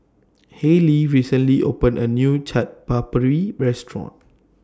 Hallie recently opened A New Chaat Papri Restaurant